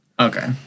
Okay